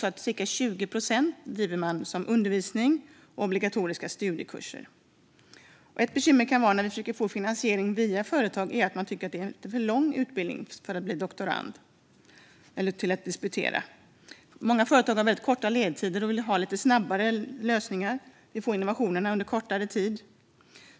Cirka 20 procent av utbildningen består av undervisning och obligatoriska studiekurser. När det gäller finansieringen tycker en del företag att doktorandutbildningen är för lång. Många företag har korta ledtider och vill ha snabba lösningar och innovationer på kort tid.